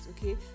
okay